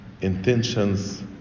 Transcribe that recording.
intentions